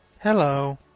Hello